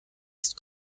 ist